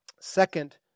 Second